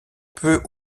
peut